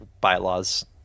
bylaws